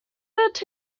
that